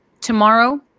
tomorrow